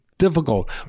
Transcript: difficult